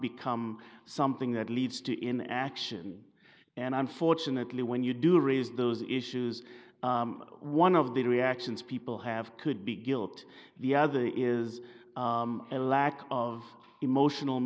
become something that leads to in action and i'm fortunately when you do raise those issues one of the reactions people have could be guilt the other is a lack of emotional